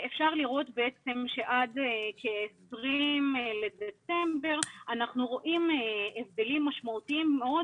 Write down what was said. ואפשר לראות שעד ה-20 בדצמבר אנחנו רואים הבדלים משמעותיים מאוד